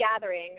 gathering